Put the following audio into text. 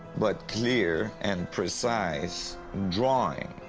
but clear and precise drawing.